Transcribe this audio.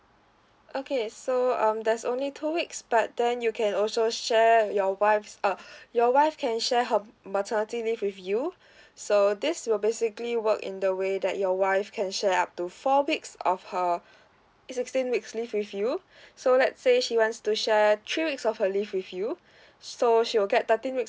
okay so um there's only two weeks but then you can also share your wife's uh your wife can share her maternity leave with you so this will basically work in the way that your wife can share up to four weeks of her it's sixteen weeks leave with you so let's say she wants to share three weeks of her leave with you so she will get thirteen weeks